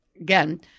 again